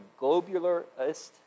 globularist